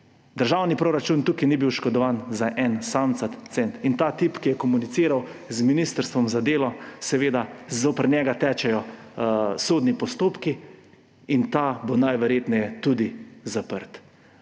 Državni proračun tukaj ni bil oškodovan niti za en samcat cent in zoper tipa, ki je komuniciral z ministrstvom za delo, seveda tečejo sodni postopki in bo najverjetneje tudi zaprt.